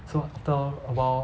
so after a while